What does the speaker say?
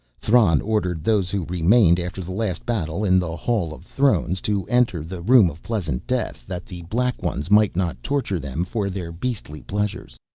thran ordered those who remained after the last battle in the hall of thrones to enter the room of pleasant death that the black ones might not torture them for their beastly pleasures.